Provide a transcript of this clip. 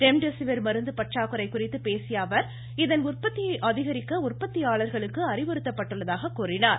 remdesivir மருந்து பற்றாக்குறை குறித்து பேசிய அவர் இதன் உற்பத்தியை அதிகரிக்க உற்பத்தியாளர்களுக்கு அறிவுறுத்தப்பட்டுள்ளதாக தெரிவித்தார்